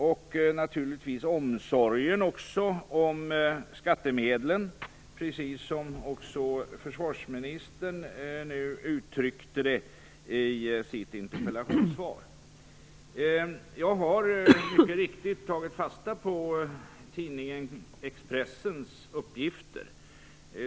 Det gäller naturligtvis också omsorgen om skattemedel, som försvarsministern nu uttryckte det i sitt interpellationssvar. Jag har mycket riktigt tagit fasta på tidningen Expressens uppgifter.